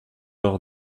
leur